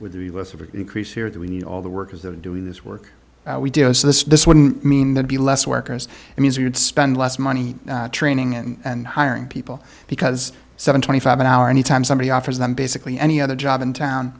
an increase here that we need all the workers that are doing this work we do so this would mean that be less workers i mean we would spend less money training and hiring people because seven twenty five an hour any time somebody offers them basically any other job in town